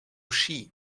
ski